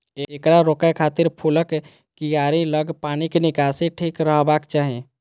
एकरा रोकै खातिर फूलक कियारी लग पानिक निकासी ठीक रखबाक चाही